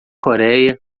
coreia